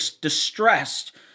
distressed